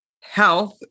Health